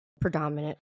predominant